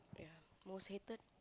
yeah most hated